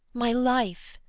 my life.